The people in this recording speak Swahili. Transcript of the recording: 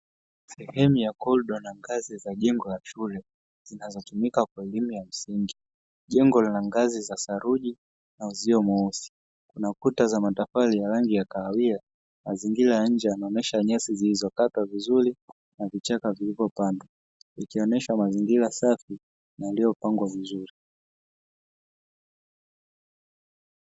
Sehemu za korido na ngazi za sehemu ya shule zinazotumika kwa elimu ya msingi. Jengo lina ngazi za saruji na uzio mweusi. Kuna ukuta za matofali ya rangi ya kahawia na mazingira ya nnje yanaonyesha nyasi zilizokatwa vizuri na vichaka vilivyopandwa, ikionyesha mazingira safi na yaliyopangwa vizuri.